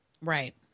Right